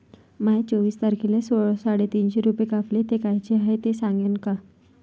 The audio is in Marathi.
माये चोवीस तारखेले साडेतीनशे रूपे कापले, ते कायचे हाय ते सांगान का?